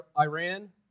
Iran